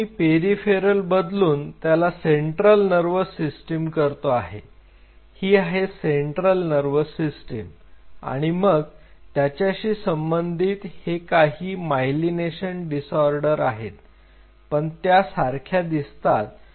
आता मी पेरिफेरल बदलून त्याला सेंट्रल नर्व्हस सिस्टिम करतो आहे ही आहे सेंट्रल नर्व्हस सिस्टिम आणि मग त्याच्याशी संबंधित हे काही मायलीनेशन दिसोर्डर आहेत पण त्या सारख्या असतात